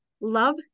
Love